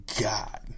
God